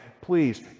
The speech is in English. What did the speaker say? please